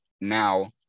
now